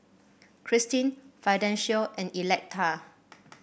Kristine Fidencio and Electa